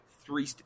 three